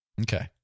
Okay